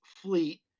fleet